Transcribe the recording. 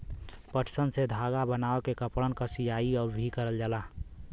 पटसन से धागा बनाय के कपड़न क सियाई भी करल जाला